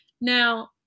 Now